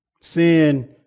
Sin